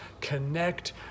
connect